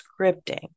scripting